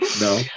no